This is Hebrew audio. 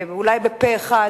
או אולי פה אחד,